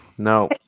no